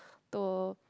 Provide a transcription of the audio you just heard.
to